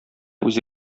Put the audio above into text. үзе